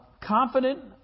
confident